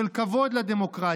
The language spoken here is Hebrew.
של כבוד לדמוקרטיה.